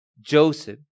Joseph